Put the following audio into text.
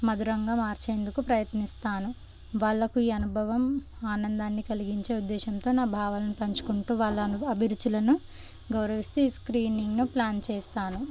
మధురంగా మార్చేందుకు ప్రయత్నిస్తాను వాళ్ళకు ఈ అనుభవం ఆనందాన్ని కలిగించే ఉద్దేశంతో నా భావనను పంచుకుంటూ వాళ్ళ అను అభిరుచులను గౌరవిస్తూ ఈ స్క్రీనింగ్ను ప్లాన్ చేస్తాను